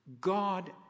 God